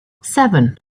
seven